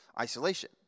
isolation